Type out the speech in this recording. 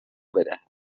بدهد